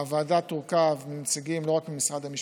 הוועדה תורכב מנציגים,